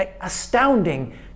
astounding